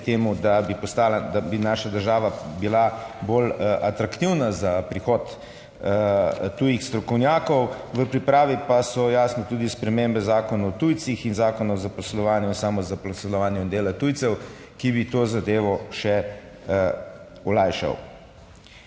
postala, da bi naša država bila bolj atraktivna za prihod tujih strokovnjakov, v pripravi pa so jasne tudi spremembe Zakona o tujcih in Zakona o zaposlovanju in samozaposlovanju in delu tujcev, ki bi to zadevo še olajšal.